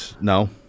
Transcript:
No